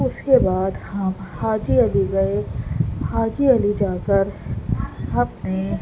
اس کے بعد ہم حاجی علی گئے حاجی علی جا کر ہم نے